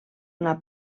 una